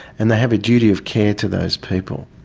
and they have a duty of care to those people.